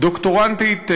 דוקטורנטית צעירה.